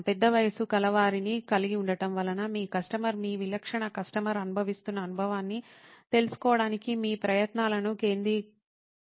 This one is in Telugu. పెద్ద వయస్సు గలవారిని కలిగి ఉండటం వలన మీ కస్టమర్ మీ విలక్షణ కస్టమర్ అనుభవిస్తున్న అనుభవాన్ని తెలుసుకోవడానికి మీ ప్రయత్నాలను కేంద్రీకరించరు